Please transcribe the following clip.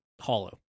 Hollow